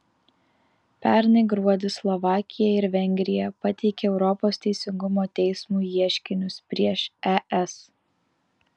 pernai gruodį slovakija ir vengrija pateikė europos teisingumo teismui ieškinius prieš es